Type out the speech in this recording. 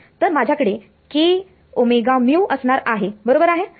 तर माझ्याकडे kωμ असणार आहे बरोबर आहे